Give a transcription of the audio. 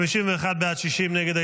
51 בעד, 60 נגד.